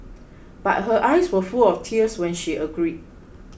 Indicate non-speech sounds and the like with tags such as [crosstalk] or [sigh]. [noise] but her eyes were full of tears when she agreed